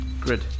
grid